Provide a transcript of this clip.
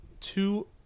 two